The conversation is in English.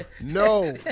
No